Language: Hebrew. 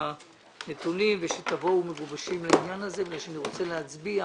הנתונים ושתבואו מגובשים כי אני רוצה להצביע.